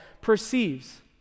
perceives